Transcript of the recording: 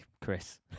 Chris